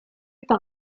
par